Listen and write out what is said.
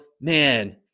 Man